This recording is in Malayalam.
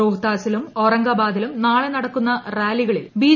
റോഹ്താസിലും ഔറംഗാബാദിലും നാളെ നടക്കുന്ന റാലികളിൽ ബി